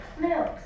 Milk